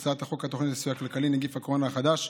את הצעת חוק התוכנית לסיוע כלכלי (נגיף הקורונה החדש)